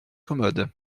commode